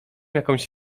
jakąś